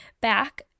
back